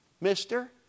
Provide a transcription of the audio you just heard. mister